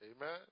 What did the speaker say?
Amen